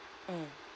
mm